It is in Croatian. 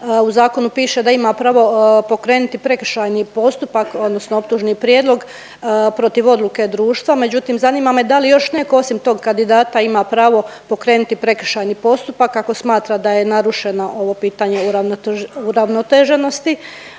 u zakonu piše da ima pravo pokrenuti prekršajni postupak odnosno optužni prijedlog protiv odluke društva, međutim zanima me da li još neko osim tog kandidata ima pravo pokrenuti prekršajni postupak ako smatra da je narušeno ovo pitanje uravnoteženosti?